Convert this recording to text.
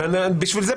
ובשביל זה,